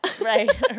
Right